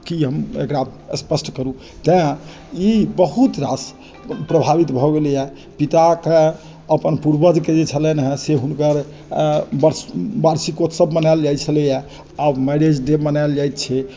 एकरा स्पष्ट करु तैं ई बहुत रास प्रभावित भऽ गेलैया पिताके अपन पुर्वजके जे छलनि हँ से हुनकर वार्षिकोत्सव मनायल जाइत छलैया आब मैरेज डे मनाएल जाइत छै